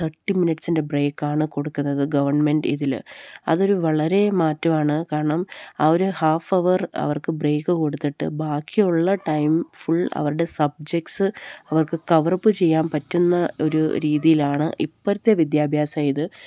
thirty മിനിറ്റ്സിൻ്റെ ബ്രേക്കാണ് കൊടുക്കുന്നത് ഗവൺമെൻറ് ഇതില് അതൊരു വളരെ മാറ്റമാണ് കാരണം ആ ഒരു ഹാഫ് ഹവര് അവർക്ക് ബ്രേക്ക് കൊടുത്തിട്ട് ബാക്കിയുള്ള ടൈം ഫുൾ അവരുടെ സബ്ജെക്സ് അവർക്ക് കവറപ്പ് ചെയ്യാൻ പറ്റുന്ന ഒരു രീതിയിലാണ് ഇപ്പോഴത്തെ വിദ്യാഭ്യാസ ഇത്